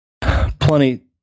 Plenty